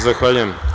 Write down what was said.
Zahvaljujem.